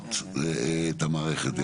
לשנות את המערכת.